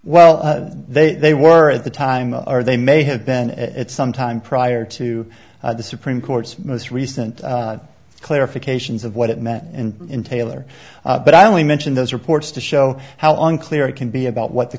well they were at the time or they may have been at some time prior to the supreme court's most recent clarifications of what it meant and in taylor but i only mention those reports to show how unclear it can be about what the